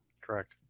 Correct